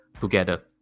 together